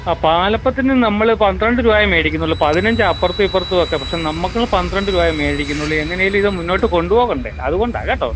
ആ പാലപ്പത്തിന് നമ്മൾ പന്ത്രണ്ട് രൂപയാണ് മേടിക്കുന്നുള്ളു പതിനഞ്ച് അപ്പുറത്തും ഇപ്പുറത്തുമൊക്കെ പക്ഷെ നമുക്ക് പന്ത്രണ്ട് രൂപയേ മേടിക്കുന്നുള്ളു എങ്ങനെയെങ്കിലും ഇത് മുന്നോട്ടു കൊണ്ടു പോകണ്ടേ അതു കൊണ്ടാണ് കേട്ടോ